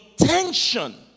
intention